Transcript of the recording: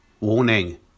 warning